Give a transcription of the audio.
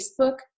Facebook